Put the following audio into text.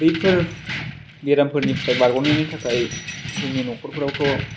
बेफोर बेरामफोरनिफ्राय बारग'नायनि थाखाय जोंनि न'खर फोरावथ'